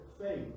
faith